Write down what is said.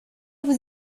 vous